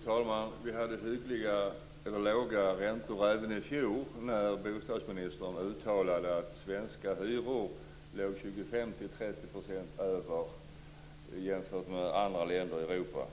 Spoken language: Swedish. Fru talman! Vi hade låga räntor även i fjol när bostadsministern uttalade att svenska hyror låg 25-30 % över hyrorna i andra länder i Europa.